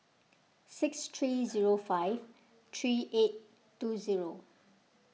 six three zero five three eight two zero